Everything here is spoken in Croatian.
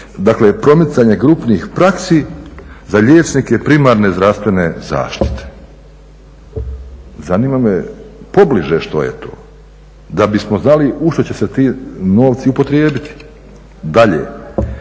znači promicanje grupni praksi za liječnike primarne zdravstvene zaštite. Zanima me pobliže što je to, da bismo znali u što će se ti novci upotrijebiti. Dalje,